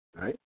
right